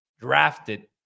drafted